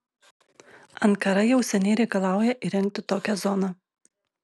ankara jau seniai reikalauja įrengti tokią zoną